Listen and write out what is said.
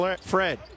Fred